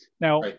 Now